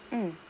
mm